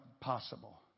possible